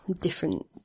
different